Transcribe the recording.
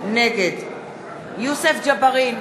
נגד יוסף ג'בארין,